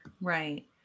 right